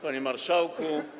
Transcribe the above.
Panie Marszałku!